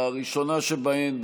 הראשונה שבהן,